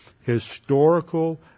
historical